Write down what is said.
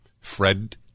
Fred